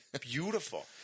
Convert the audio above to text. beautiful